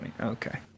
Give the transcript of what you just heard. Okay